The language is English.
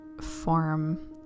form